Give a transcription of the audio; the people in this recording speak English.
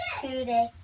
today